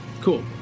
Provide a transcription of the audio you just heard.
Cool